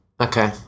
okay